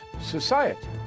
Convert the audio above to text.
society